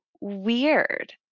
weird